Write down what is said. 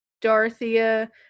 Dorothea